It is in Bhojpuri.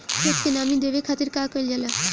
खेत के नामी देवे खातिर का कइल जाला?